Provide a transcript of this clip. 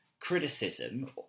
criticism